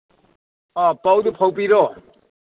ꯑꯥ ꯄꯥꯎꯗꯨ ꯐꯥꯎꯕꯤꯔꯣ